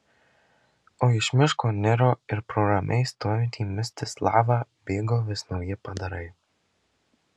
o iš miško niro ir pro ramiai stovintį mstislavą bėgo vis nauji padarai